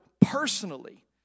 personally